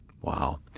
Wow